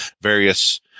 various